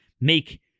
make